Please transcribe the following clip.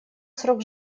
срок